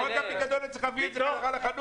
בחוק הפיקדון אני צריך להביא את זה חזרה לחנות.